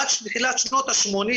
עד תחילת שנות ה-80'